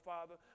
Father